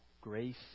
grace